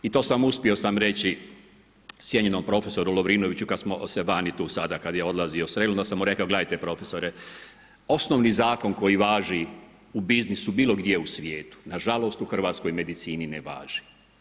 I to sam, uspio sam reći cijenjenom prof. Lovrinoviću vani tu sada kada je odlazio sreli, pa sam mu rekao, gledajte profesore osnovni zakon koji važi u biznisu bilo gdje u svijetu, na žalost u hrvatskoj medicini ne važi.